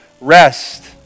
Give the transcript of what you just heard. rest